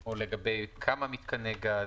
או לגבי כמה מיתקני גז?